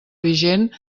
vigent